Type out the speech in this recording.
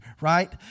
right